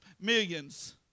millions